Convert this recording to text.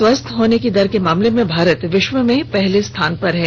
स्वस्थ होने की दर के मामले में भारत विश्व में पहले स्थान पर है